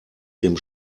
dem